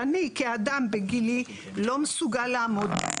כי אני כאדם בגילי לא מסוגל לעמוד.